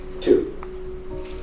Two